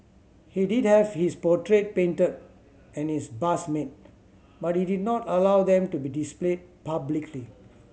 he did have his portrait painted and his bust made but he did not allow them to be displayed publicly